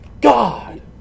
God